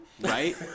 right